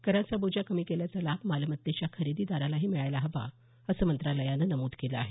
कराचा बोजा कमी केल्याचा लाभ मालमत्तेच्या खरेदीदारालाही मिळायला हवा असं मंत्रालयानं नमूद केलं आहे